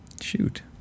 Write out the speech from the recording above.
shoot